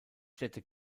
städte